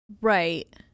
right